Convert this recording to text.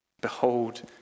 Behold